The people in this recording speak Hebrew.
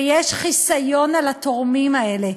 ויש חיסיון על התורמים האלה.